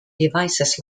devices